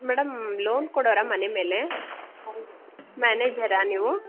madam loan ಕೊಡೋವ್ರಾ ಮನೆ ಮೇಲೆ ಮ್ಯಾನೇಜರಾ ನೀವು